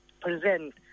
present